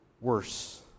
worse